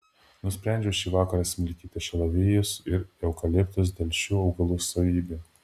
nusprendžiau šįvakar smilkyti šalavijus ir eukaliptus dėl šių augalų savybių